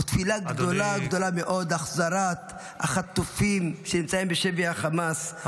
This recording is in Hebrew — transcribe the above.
ותפילה גדולה גדולה מאוד להחזרת החטופים שנמצאים בשבי החמאס,